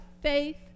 faith